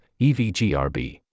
EVGRB